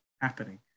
happening